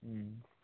হুম